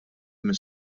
mis